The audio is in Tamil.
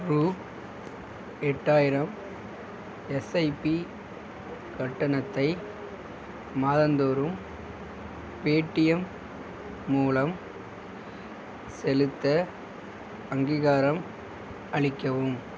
ரூ எட்டாயிரம் எஸ்ஐபி கட்டணத்தை மாதந்தோறும் பேடீஎம் மூலம் செலுத்த அங்கீகாரம் அளிக்கவும்